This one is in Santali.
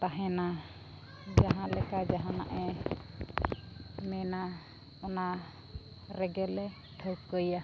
ᱛᱟᱦᱮᱱᱟ ᱡᱟᱦᱟᱸ ᱞᱮᱠᱟ ᱡᱟᱦᱟᱱᱟ ᱮ ᱢᱮᱱᱟ ᱚᱱᱟ ᱨᱮᱜᱮ ᱞᱮ ᱴᱷᱟᱹᱣᱠᱟᱭᱟ